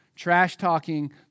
trash-talking